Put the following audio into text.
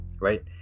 right